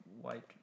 white